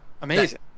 amazing